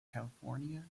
california